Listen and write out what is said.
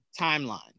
timeline